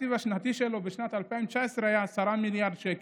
התקציב השנתי שלו בשנת 2019 היה 10 מיליארד שקל,